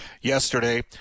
yesterday